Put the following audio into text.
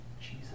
Jesus